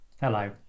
Hello